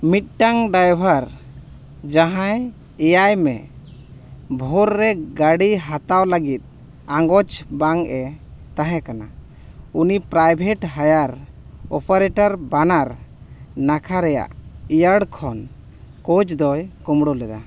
ᱢᱤᱫᱴᱟᱝ ᱰᱟᱭᱵᱷᱟᱨ ᱡᱟᱦᱟᱸᱭ ᱮᱭᱟᱭ ᱢᱮ ᱵᱷᱳᱨ ᱨᱮ ᱜᱟᱹᱰᱤ ᱦᱟᱛᱟᱣ ᱞᱟᱹᱜᱤᱫ ᱟᱸᱜᱚᱪ ᱵᱟᱝ ᱮ ᱛᱟᱦᱮᱸ ᱠᱟᱱᱟ ᱩᱱᱤ ᱯᱨᱟᱭᱵᱷᱮᱴ ᱦᱟᱭᱟᱨ ᱚᱯᱟᱨᱮᱴᱟᱨ ᱵᱟᱱᱟᱨ ᱱᱟᱠᱷᱟ ᱨᱮᱭᱟᱜ ᱮᱭᱟᱲ ᱠᱷᱚᱱ ᱠᱳᱪ ᱫᱚᱭ ᱠᱩᱢᱲᱩ ᱞᱮᱫᱟ